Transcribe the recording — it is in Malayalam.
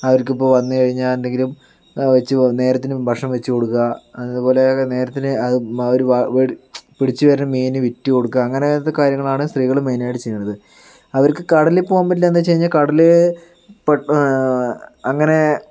അവർക്കിപ്പോൾ വന്നുകഴിഞ്ഞാൽ എന്തെങ്കിലും വെച്ച് നേരത്തിന് ഭക്ഷണം വെച്ചുകൊടുക്കുക അത്പോലെ നേരത്തിന് അവര് പിടിച്ചു വരുന്ന മീൻ വിറ്റുകൊടുക്കുക അങ്ങനത്തെ കാര്യങ്ങളാണ് സ്ത്രീകൾ മൈനായിട്ട് ചെയ്യുന്നത് അവർക്ക് കടലിൽ പോവാൻ പറ്റില്ലെന്ന് വെച്ചുകഴിഞ്ഞാൽ കടല് അങ്ങനെ